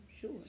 Sure